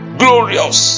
glorious